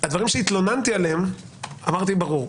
הדברים שהתלוננתי עליהם, אמרתי ברור.